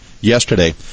yesterday